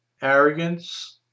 arrogance